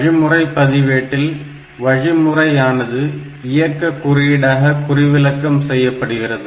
வழிமுறை பதிவேட்டில் வழிமுறையானது இயக்க குறியீடாக குறிவிலக்கம் செய்யப்படுகிறது